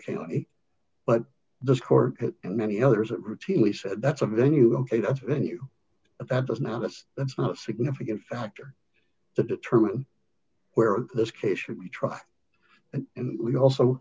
county but the score and many others that routinely said that's a venue ok the venue that does not us that's not a significant factor to determine where this case should be tried and we also